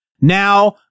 Now